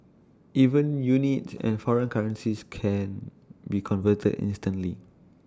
even units and foreign currencies can be converted instantly